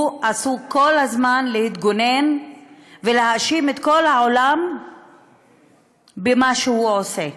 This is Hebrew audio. הוא עסוק כל הזמן בלהתגונן ולהאשים את כל העולם במה שהוא עושה.